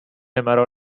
مرا